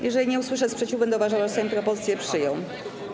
Jeżeli nie usłyszę sprzeciwu, będę uważała, że Sejm propozycję przyjął.